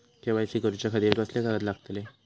KYC करूच्या खातिर कसले कागद लागतले?